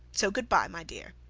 so goodby, my dear.